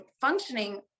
functioning